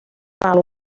val